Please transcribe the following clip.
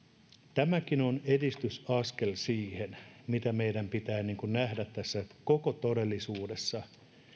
tämäkin on edistysaskel siihen mitä meidän pitää niin kuin nähdä tässä koko todellisuudessa että